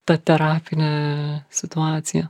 ta terapinė situacija